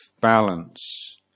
balance